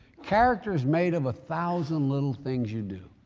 character is made of a thousand little things you do.